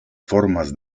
formas